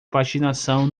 patinação